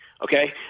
okay